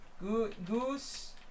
Goose